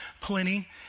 plenty